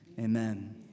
amen